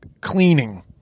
cleaning